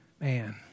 man